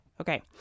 Okay